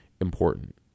important